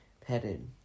petted